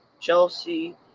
Chelsea